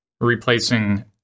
replacing